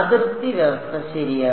അതിർത്തി വ്യവസ്ഥ ശരിയാണ്